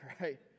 right